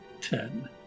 Ten